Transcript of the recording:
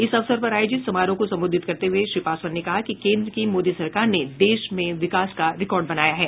इस अवसर पर आयोजित समारोह को संबोधित करते हुए श्री पासवान ने कहा कि केन्द्र की मोदी सरकार ने देश मे विकास का रिकार्ड बनाया है